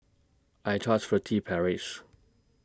I Trust Furtere Paris